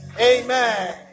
Amen